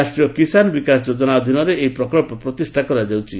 ରାଷ୍ଟ୍ରୀୟ କିଶାନ ବିକାଶ ଯୋଜନା ଅଧୀନରେ ଏହି ପ୍ରକଳ୍ପ ପ୍ରତିଷ୍ଠା କରାଯାଉଛି